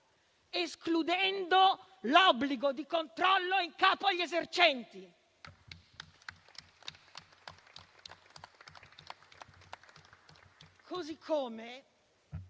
escludendo l'obbligo di controllo in capo agli esercenti.